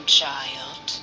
child